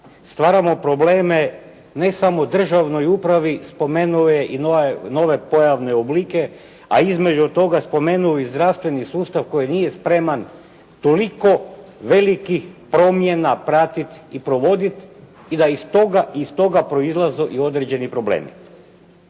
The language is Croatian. stvaramo probleme ne samo državnoj upravi, spomenuo je i nove pojavne oblike, a između toga spomenuo je i zdravstveni sustav koji nije spreman toliko velikih promjena pratiti i provoditi i da iz toga proizlaze i određeni problemi.